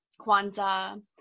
Kwanzaa